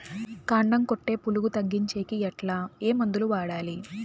కాండం కొట్టే పులుగు తగ్గించేకి ఎట్లా? ఏ మందులు వాడాలి?